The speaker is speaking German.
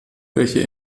welche